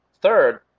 Third